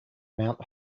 mount